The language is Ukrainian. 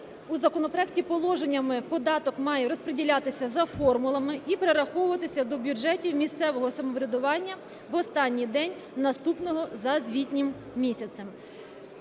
законопроекту податок має розподілятися за формулами і перераховуватись до бюджетів місцевого самоврядування в останній день наступного за звітнім місяцем.